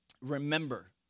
Remember